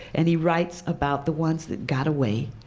and he writes about the ones that got away.